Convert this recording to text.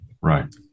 right